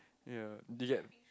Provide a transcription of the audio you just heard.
ya did get